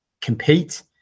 compete